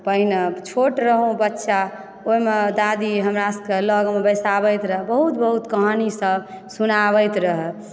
पहिने छोट रहूँ बच्चा ओहिमे दादी हमरा सबकेँ लगमे बैसाबैत रहऽ बहुत बहुत कहानी सब सुनाबैत रहए